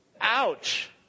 Ouch